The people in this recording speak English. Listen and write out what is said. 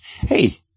hey